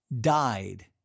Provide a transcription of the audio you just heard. died